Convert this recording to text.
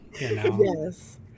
Yes